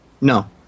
No